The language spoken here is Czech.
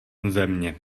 země